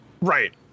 right